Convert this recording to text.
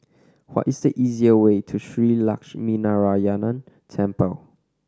what is the easier way to Shree Lakshminarayanan Temple